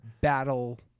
battle